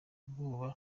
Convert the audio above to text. ubwoba